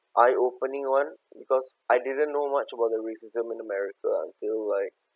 eye opening one because I didn't know much about racism in america until like